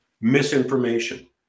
misinformation